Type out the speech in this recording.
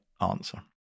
answer